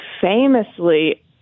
famously